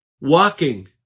walking